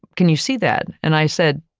can you see that? and i said,